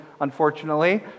unfortunately